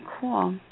cool